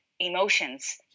emotions